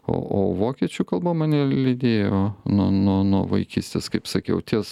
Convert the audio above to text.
o o vokiečių kalba mane lydėjo nuo nuo nuo vaikystės kaip sakiau ties